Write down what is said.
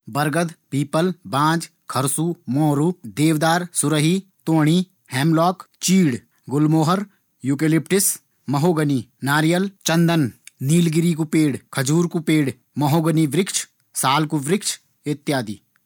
बरगद, पीपल, बांज, खरसु, मोरु, देवदार, सुरही, तोंणी, हैमलौक, चीड़, गुलमोहर, यूकेलिपटिस, महोगनी, नारियल, चंदन, नीलगिरी कू पेड़, खजूर कू पेड़, मोहगनी वृक्ष, साल कू वृक्ष इत्यादि।